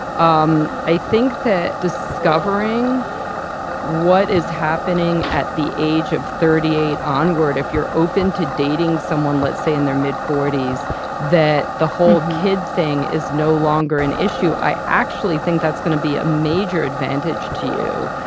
um i think that discovering what is happening at the age of thirty eight onward, if you're open to dating someone, let's say in their mid-forties that the whole kid thing is no longer an issue, i actually think that's going to be a major advantage to you.